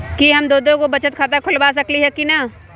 कि हम दो दो गो बचत खाता खोलबा सकली ह की न?